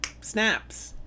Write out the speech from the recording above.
snaps